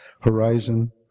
horizon